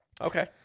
Okay